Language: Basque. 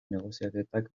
negoziaketak